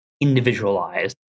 individualized